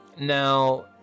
Now